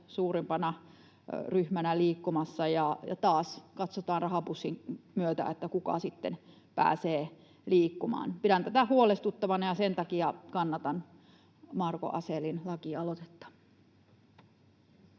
suurimpana ryhmänä liikkumassa, ja taas katsotaan rahapussin myötä, kuka sitten pääsee liikkumaan. Pidän tätä huolestuttavana, ja sen takia kannatan Marko Asellin lakialoitetta.